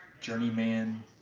Journeyman